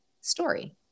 story